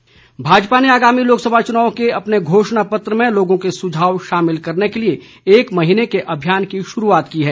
घोषणा पत्र भाजपा ने आगामी लोकसभा चुनाव के अपने घोषणा पत्र में लोगों के सुझाव शामिल करने के लिए एक महीने के अभियान की शुरूआत की है